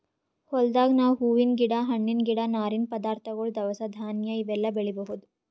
ಹೊಲ್ದಾಗ್ ನಾವ್ ಹೂವಿನ್ ಗಿಡ ಹಣ್ಣಿನ್ ಗಿಡ ನಾರಿನ್ ಪದಾರ್ಥಗೊಳ್ ದವಸ ಧಾನ್ಯ ಇವೆಲ್ಲಾ ಬೆಳಿಬಹುದ್